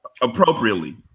appropriately